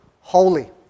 holy